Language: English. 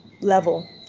level